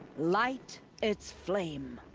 light. its flame!